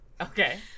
okay